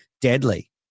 deadly